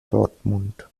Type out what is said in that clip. dortmund